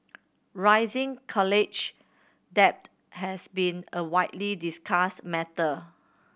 rising college debt has been a widely discussed matter